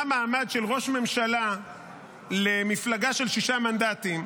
מעמד של ראש ממשלה למפלגה של שישה מנדטים,